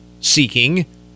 seeking